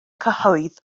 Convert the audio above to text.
cyhoedd